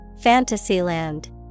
Fantasyland